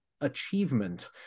achievement